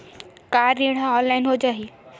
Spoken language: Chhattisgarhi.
का ऋण ह ऑनलाइन हो जाही?